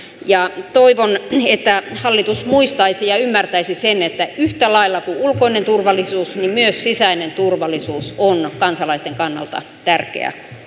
toivon että hallitus muistaisi ja ja ymmärtäisi sen että yhtä lailla kuin ulkoinen turvallisuus myös sisäinen turvallisuus on kansalaisten kannalta tärkeä